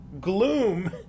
gloom